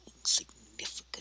insignificant